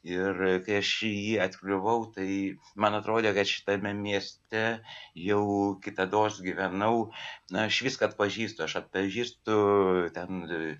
ir kai aš į jį atkliuvau tai man atrodė kad šitame mieste jau kitados gyvenau na aš viską atpažįstu aš atpažįstu ten